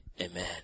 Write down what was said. amen